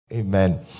amen